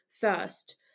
first